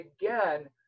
again